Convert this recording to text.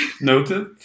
noted